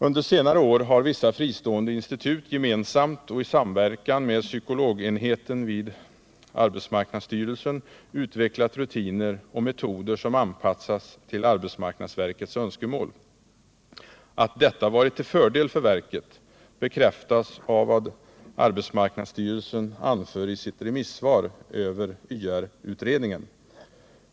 Under senare år har vissa fristående institut gemensamt och i samverkan med psykologenheten vid arbetsmarknadsstyrelsen utvecklat rutiner och metoder som anpassats till arbetsmarknadsverkets önskemål. Att detta varit till fördel för verket bekräftas av vad arbetsmarknadsstyrelsen anför i sitt remissvar över YR-utredningen.